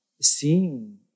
seeing